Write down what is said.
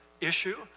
issue